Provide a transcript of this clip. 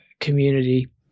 community